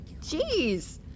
Jeez